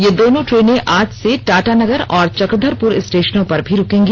ये दोनों ट्रेनें आज से टाटानगर और चक्रधरपुर स्टेशनों पर भी रुकेंगी